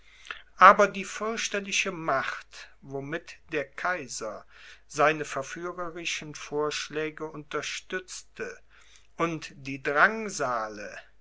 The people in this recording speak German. aber die fürchterliche macht womit der kaiser seine verführerischen vorschläge unterstützte und die drangsale